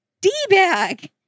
D-bag